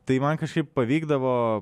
tai man kažkaip pavykdavo